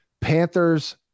Panthers